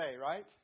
right